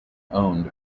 owned